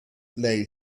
lay